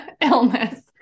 illness